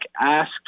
asked